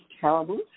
terrible